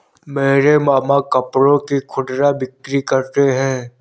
मेरे मामा कपड़ों की खुदरा बिक्री करते हैं